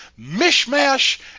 mishmash